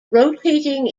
rotating